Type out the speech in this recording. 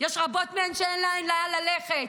יש רבות מהן שאין להן לאן ללכת.